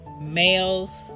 males